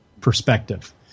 perspective